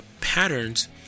patterns